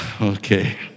Okay